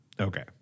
Okay